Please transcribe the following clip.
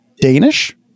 Danish